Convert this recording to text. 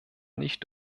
nicht